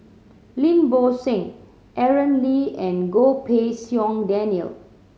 Lim Bo Seng Aaron Lee and Goh Pei Siong Daniel